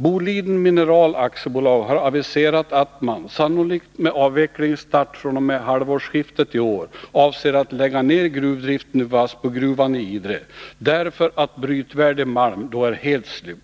Boliden-Mineral AB har aviserat att man, sannolikt med avvecklingsstart fr.o.m. halvårsskiftet i år, avser att lägga ned gruvdriften vid Vassbogruvan i Idre, därför att brytvärdig malm då är helt slut.